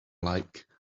like